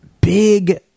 Big